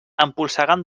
empolsegant